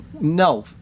No